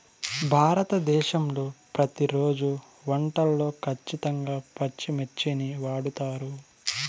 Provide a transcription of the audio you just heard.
భారతదేశంలో ప్రతిరోజు వంటల్లో ఖచ్చితంగా పచ్చిమిర్చిని వాడుతారు